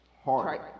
hard